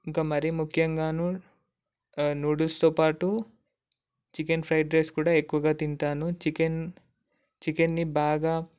ఇంకా మరియు ముఖ్యంగా నూడుల్స్తో పాటు చికెన్ ఫ్రైడ్ రైస్ కూడా ఎక్కువగా తింటాను చికెన్ చికెన్ని బాగా